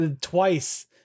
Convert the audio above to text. Twice